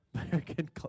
American